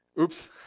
Oops